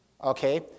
okay